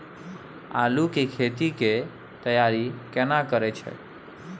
आलू के खेती के तैयारी केना करै छै?